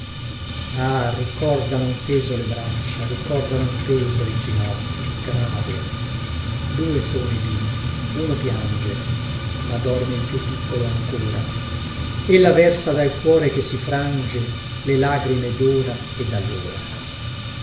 ah ricordano un peso le braccia ricordano un peso i ginocchi grave due sono i bimbi uno piange ma dorme il più piccolo ancora ella versa dal cuor che si frange le lagrime dora e dallora